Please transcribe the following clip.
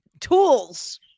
tools